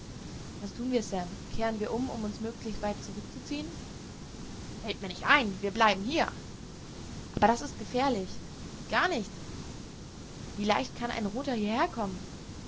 was tun wir sam kehren wir um um uns möglichst weit zurückzuziehen fällt mir nicht ein wir bleiben hier aber das ist gefährlich gar nicht wie leicht kann ein roter hierher